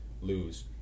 Lose